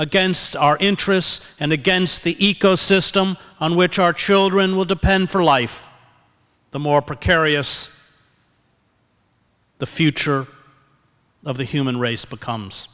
against our interests and against the ecosystem on which our children will depend for life the more precarious the future of the human race becomes